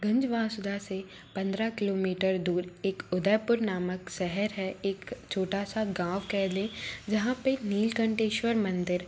गंजवासुधा से पंद्रह किलोमीटर दूर एक उदयपुर नामक शहर है एक छोटा सा गाँव कह ले जहाँ पे नीलकंटहेश्वर मंदिर